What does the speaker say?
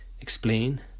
explain